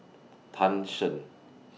Tan Shen